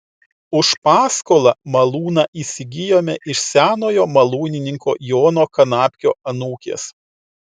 už paskolą malūną įsigijome iš senojo malūnininko jono kanapkio anūkės